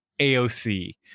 AOC